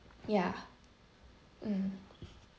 yeah mm